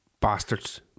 Bastards